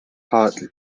hartley